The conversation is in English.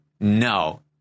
no